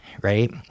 right